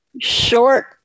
short